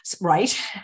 right